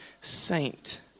saint